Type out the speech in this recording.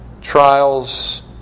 trials